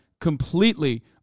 completely